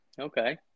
Okay